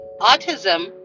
Autism